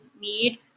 need